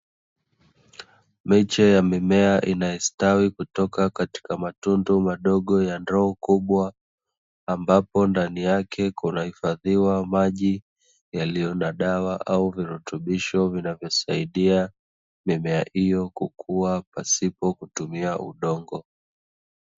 Miche ya mimea inastawi kutoka katika matundu madogo ya ndoo kubwa, ambapo ndani yake kunahifadhiwa maji yaliyo na dawa au virutubisho vinavyosaidia mimea hiyo kukua pasipo kutumia udongo.